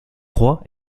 croix